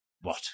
What